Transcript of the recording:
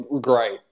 great